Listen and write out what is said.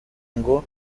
ngo